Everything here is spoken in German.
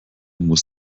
muss